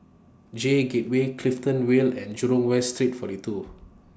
J Gateway Clifton Vale and Jurong West Street forty two